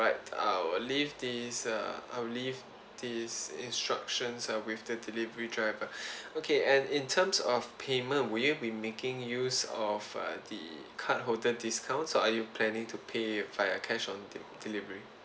alright I'll leave these uh I'll leave these instructions with the delivery driver okay and in terms of payment would you be making use of uh the card holder discounts or are you planning to pay via cash on delivery